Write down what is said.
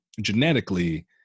genetically